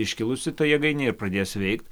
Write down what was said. iškilusi ta jėgainė ir pradės veik